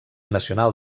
nacional